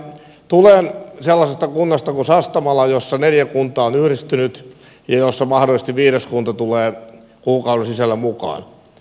tulen sellaisesta kunnasta kuin sastamala jossa neljä kuntaa on yhdistynyt ja jossa mahdollisesti viides kunta tulee kuukauden sisällä mukaan